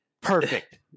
perfect